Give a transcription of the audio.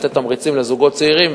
לתת תמריצים לזוגות צעירים,